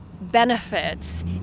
benefits